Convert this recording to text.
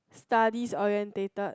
studies orientated